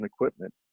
equipment